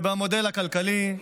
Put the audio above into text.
ובמודל הכלכלי,